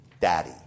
daddy